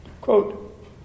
Quote